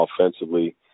offensively